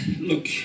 Look